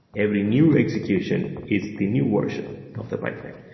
every new execution is the new version of the pipeline.